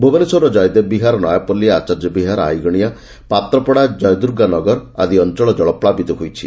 ଭୁବନେଶ୍ୱରର କୟଦେବ ବିହାର ନୟାପଲ୍ଲୀ ଆଚାର୍ଯ୍ୟବିହାର ଆଇଗଣିଆ ପାତ୍ରପଡ଼ା ଜୟଦୁର୍ଗା ନଗର ଆଦି ଅଞ୍ ଳ କଳପ୍ପାବିତ ହୋଇଛି